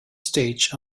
stage